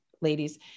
ladies